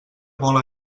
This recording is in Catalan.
molt